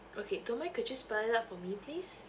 okay don't mind could you spell it out for me please